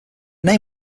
name